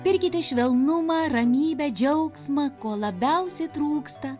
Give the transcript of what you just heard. pirkite švelnumą ramybę džiaugsmą ko labiausiai trūksta